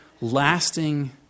lasting